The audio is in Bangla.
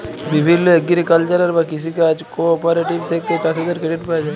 বিভিল্য এগ্রিকালচারাল বা কৃষি কাজ কোঅপারেটিভ থেক্যে চাষীদের ক্রেডিট পায়া যায়